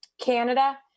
Canada